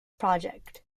project